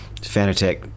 Fanatec